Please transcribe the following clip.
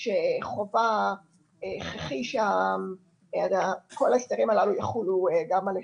שחובה והכרחי שכל ההסדרים הללו יחולו גם עליהם.